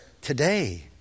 today